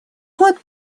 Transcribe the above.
год